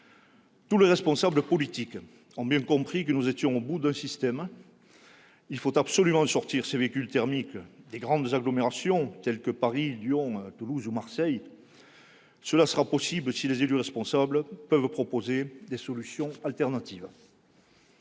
Tous les responsables politiques ont bien compris que nous étions parvenus au bout d'un système. Il faut absolument sortir les véhicules thermiques des grandes agglomérations telles que Paris, Lyon, Toulouse ou Marseille. Ce sera possible si les élus responsables peuvent proposer des solutions alternatives.